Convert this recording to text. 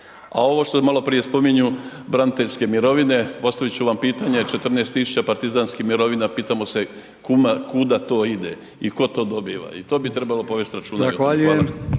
A ovo što malo prije spominju braniteljske mirovine, postavit ću vam pitanje, 14 tisuća partizanskih mirovina, pitamo se kuda to ide i tko to dobiva? I o tome bi trebalo povesti računa.